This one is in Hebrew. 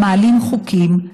מעלים חוקים,